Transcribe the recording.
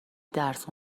درس